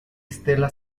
estela